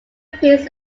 appears